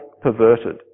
perverted